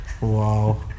Wow